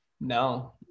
no